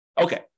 Okay